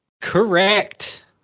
Correct